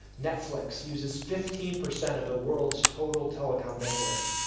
netflix uses fifteen percent of the world's total telecom bandwidth.